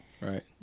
Right